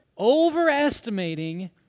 Overestimating